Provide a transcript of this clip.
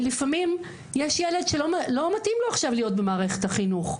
ולפעמים יש ילד שלא מתאים לו עכשיו להיות במערכת החינוך,